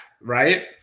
right